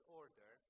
order